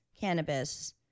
cannabis